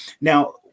Now